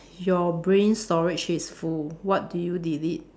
your brain storage is full what do you delete